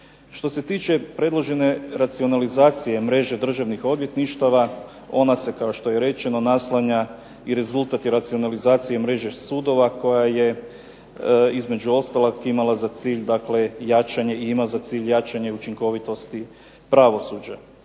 Što se tiče predložene racionalizacije mreže državnih odvjetništava ona se kao što je rečeno naslanja i rezultat racionalizacije mreže sudova koja je između ostalog imala za cilj dakle jačanje i ima za cilj jačanje učinkovitosti pravosuđa.